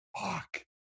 Fuck